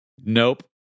Nope